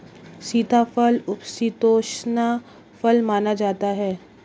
सीताफल उपशीतोष्ण फल माना जाता है